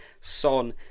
Son